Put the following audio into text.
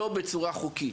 ולא בצורה חוקית.